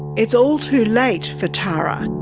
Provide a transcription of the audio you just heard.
it's all too late for tara.